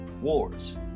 Wars